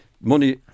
money